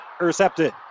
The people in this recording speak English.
intercepted